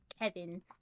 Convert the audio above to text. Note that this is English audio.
Kevin